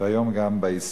והיום גם בעסקי.